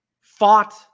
fought